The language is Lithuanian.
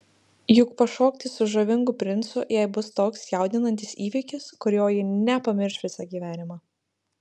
juk pašokti su žavingu princu jai bus toks jaudinantis įvykis kurio ji nepamirš visą gyvenimą